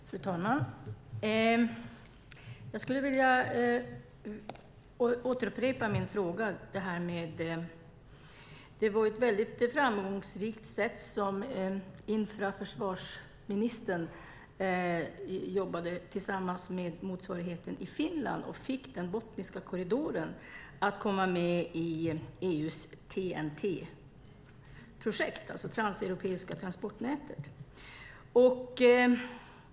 Fru talman! Jag skulle vilja upprepa min frågeställning. Det var väldigt framgångsrikt när infrastruktur och försvarsministern jobbade tillsammans med motsvarigheten i Finland och fick Botniska korridoren att komma med i EU:s TEN-T-projekt, alltså det transeuropeiska transportnätet.